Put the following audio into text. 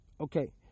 Okay